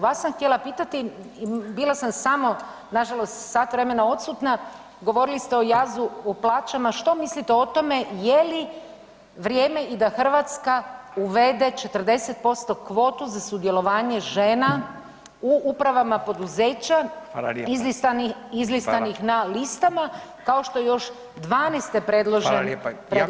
Vas sam htjela pitati i bila sam samo nažalost sat vremena odsutna, govorili ste o jazu u plaćama, što mislite o tome je li vrijeme i da Hrvatska uvede 40% kvotu za sudjelovanje žena u upravama poduzeća [[Upadica: Fala lijepa]] izlistanih [[Upadica: Fala]] izlistanih na listama kao što je još [[Upadica: Fala lijepa]] '12.-te predložen [[Upadica: Fala lijepa]] predloženo?